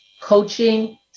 coaching